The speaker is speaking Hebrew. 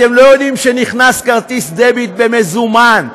אתם לא יודעים שנכנס כרטיס דביט במזומן,